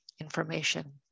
information